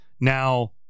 Now